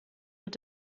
mit